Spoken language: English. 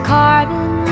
carbon